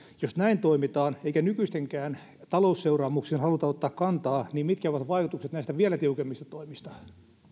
jos näin toimitaan eikä nykyisiinkään talousseuraamuksiin haluta ottaa kantaa niin mitkä ovat vaikutukset näistä vielä tiukemmista toimista